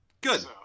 Good